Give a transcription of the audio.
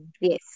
Yes